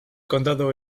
condado